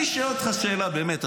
אני שואל אותך שאלה באמת,